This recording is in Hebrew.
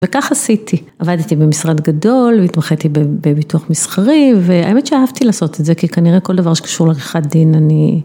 וככה עשיתי, עבדתי במשרד גדול, התמחיתי בביטוח מסחרי והאמת שאהבתי לעשות את זה, כי כנראה כל דבר שקשור לעריכת דין אני...